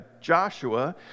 Joshua